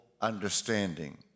understanding